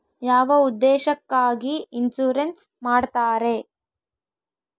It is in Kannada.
ಯಾವ ಉದ್ದೇಶಕ್ಕಾಗಿ ಇನ್ಸುರೆನ್ಸ್ ಮಾಡ್ತಾರೆ?